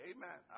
Amen